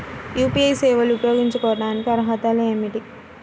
UPI సేవలు ఉపయోగించుకోటానికి అర్హతలు ఏమిటీ?